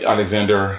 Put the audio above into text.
Alexander